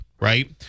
right